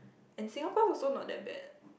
and Singapore also not that bad